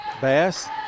Bass